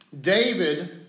David